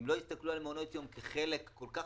אם לא יסתכלו על מעונות יום כחלק כל כך